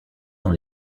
dans